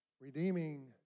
redeeming